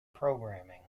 programming